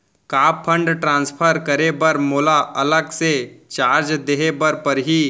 का fund transfer करे बर मोला अलग से चार्ज देहे बर परही?